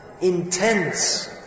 intense